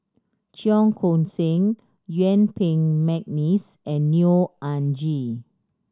Cheong Koon Seng Yuen Peng McNeice and Neo Anngee